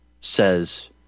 says –